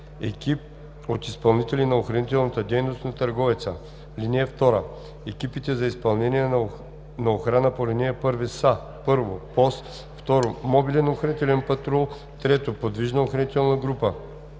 екип от изпълнители на охранителната дейност на търговеца. (2) Екипите за изпълнение на охрана по ал. 1 са: 1. пост; 2. мобилен охранителен патрул; 3. подвижна охранителна група.